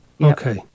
Okay